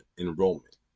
enrollment